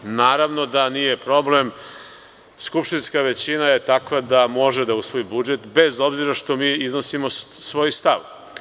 Naravno da nije problem, skupštinska većina je takva da može da usvoji budžet bez obzira što mi iznosimo svoj stav.